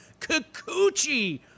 Kikuchi